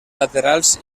laterals